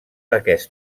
aquest